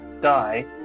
die